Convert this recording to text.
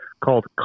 called